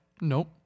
nope